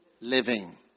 living